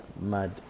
mad